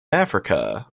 africa